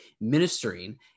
ministering